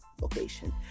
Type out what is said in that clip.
location